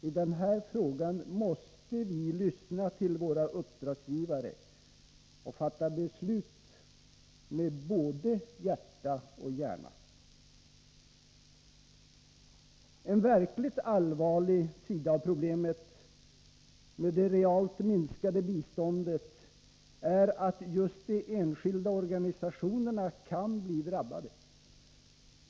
I den här frågan måste vi lyssna till våra uppdragsgivare och fatta beslut med både hjärta och hjärna. En verkligt allvarlig sida av problemet med det realt minskade biståndet är att just de enskilda organisationerna kan bli drabbade.